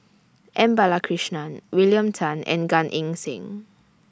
M Balakrishnan William Tan and Gan Eng Seng